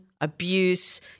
abuse